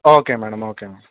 okay madam okay